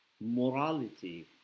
morality